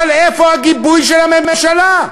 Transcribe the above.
אבל איפה הגיבוי של הממשלה?